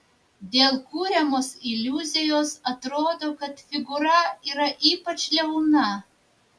dėl kuriamos iliuzijos atrodo kad figūra yra ypač liauna